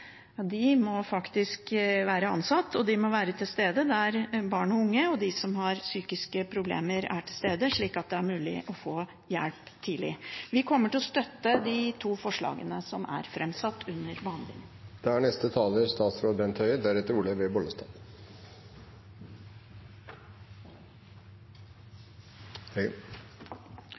De må være ansatt, og de må være til stede der barn og unge og de som har psykiske problemer, er, slik at det er mulig å få hjelp tidlig. Vi kommer til å støtte de to forslagene som er framsatt under